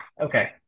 Okay